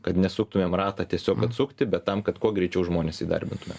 kad nesuktumėm ratą tiesiog kad sukti bet tam kad kuo greičiau žmones įdarbintumėm